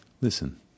Listen